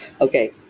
Okay